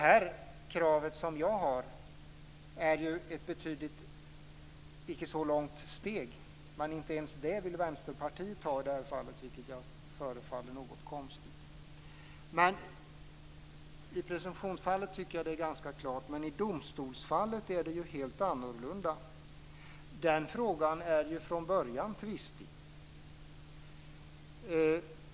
Det krav som jag har innebär ett betydligt kortare steg, men inte ens det steget vill Vänsterpartiet ta i det här fallet. Detta förefaller mig något konstigt. I presumtionsfallet tycker jag som sagt att det är ganska klart, men i domstolsfallet är det helt annorlunda. Den frågan är från början tvistig.